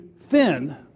thin